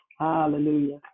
Hallelujah